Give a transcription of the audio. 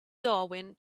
darwin